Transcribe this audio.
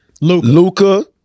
Luca